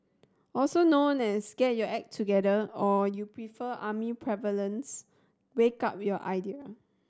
also known as get your act together or you prefer army parlance wake up your idea